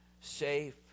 safe